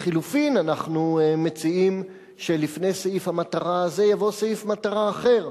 לחלופין אנחנו מציעים שלפני סעיף המטרה הזה יבוא סעיף מטרה אחר,